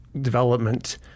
development